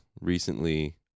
recently